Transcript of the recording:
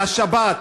על השבת.